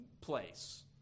place